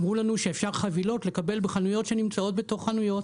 אמרו לנו שחבילות אפשר לקבל בחנויות שנמצאות בתוך חנויות,